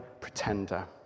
pretender